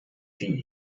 die